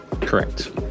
Correct